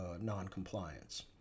non-compliance